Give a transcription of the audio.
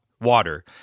water